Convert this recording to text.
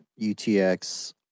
UTX